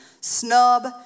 snub